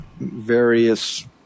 various